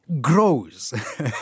grows